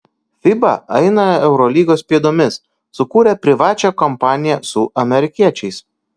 fiba eina eurolygos pėdomis sukūrė privačią kompaniją su amerikiečiais